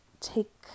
take